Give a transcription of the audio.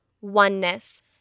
oneness